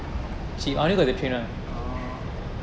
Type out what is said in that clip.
oh